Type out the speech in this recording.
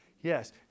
Yes